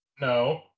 No